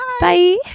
Bye